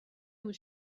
was